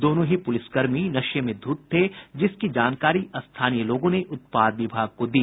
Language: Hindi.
दोनों ही पुलिसकर्मी नशे में धुत थे जिसकी जानकारी स्थानीय लोगों ने उत्पाद विभाग को दी